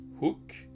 Hook